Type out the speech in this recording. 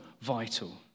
vital